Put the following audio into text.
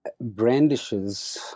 brandishes